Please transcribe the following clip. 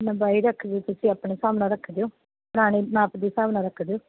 ਲੰਬਾਈ ਰੱਖ ਦਿਓ ਤੁਸੀਂ ਆਪਣੇ ਹਿਸਾਬ ਨਾਲ ਰੱਖ ਦਿਓ ਪੁਰਾਣੇ ਨਾਪ ਦੇ ਹਿਸਾਬ ਨਾਲ ਰੱਖ ਦਿਓ